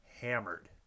hammered